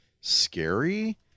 scary